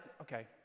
okay